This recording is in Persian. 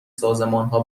سازمانها